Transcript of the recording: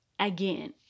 again